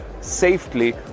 safely